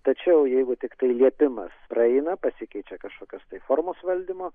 tačiau jeigu tiktai liepimas praeina pasikeičia kažkokios tai formos valdymo